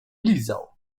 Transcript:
lizał